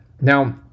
Now